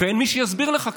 ואין מי שיסביר לך כאן,